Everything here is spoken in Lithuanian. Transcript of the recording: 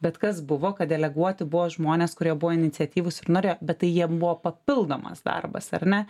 bet kas buvo kad deleguoti buvo žmonės kurie buvo iniciatyvūs ir norėjo bet tai jiem buvo papildomas darbas ar ne